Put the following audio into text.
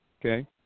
okay